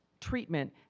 treatment